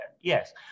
Yes